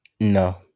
No